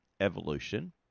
evolution